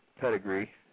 pedigree